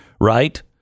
right